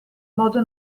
modo